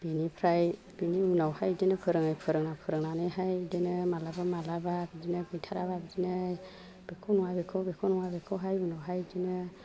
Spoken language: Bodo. बिनिफ्राइ बिनि उनावहाय इदिनो फोरोङै फोरोंना फोरोंनानैहाय बिदिनो मालाबा मालाबा बिदिनो गैथाराबा बिदिनो बेखौ नङा बेखौ नङा बेखौहाय उनाहाय बिदिनो